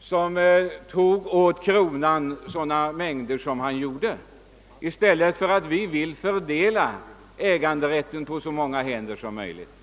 genom indrag av mark till kronan. Vi vill i stället fördela äganderätten på så många händer som möjligt.